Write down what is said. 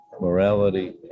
morality